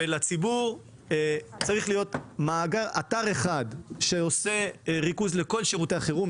ולציבור צריך להיות אתר אחד שמרכז את כל שירותי החירום.